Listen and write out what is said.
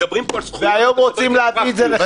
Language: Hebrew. מדברים פה על זכות --- והיום רוצים להביא את זה לחקיקה.